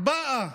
באה